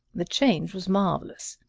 the change was marvelous.